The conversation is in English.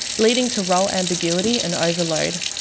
leading to role ambiguity and overload.